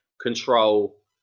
control